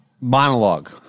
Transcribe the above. Monologue